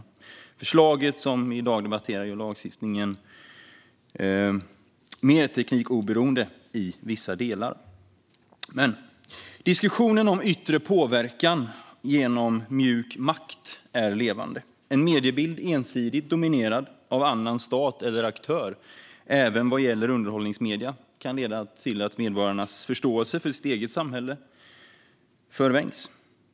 Det förslag som vi i dag debatterar gör lagstiftningen mer teknikoberoende i vissa delar. Diskussionen om yttre påverkan genom mjuk makt är levande. En mediebild ensidigt dominerad av annan stat eller aktör, även vad gäller underhållningsmedier, kan leda till att medborgarnas förståelse för sitt eget samhälle förvrängs.